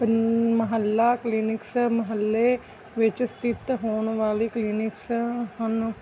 ਮੁਹੱਲਾ clinics ਮੁਹੱਲੇ ਵਿੱਚ ਸਥਿਤ ਹੋਣ ਵਾਲੀ ਕਲੀਨਿਕਸ ਹਨ